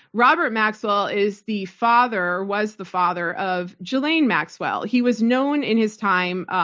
robert maxwell is the father, was the father, of ghislaine maxwell. he was known in his time,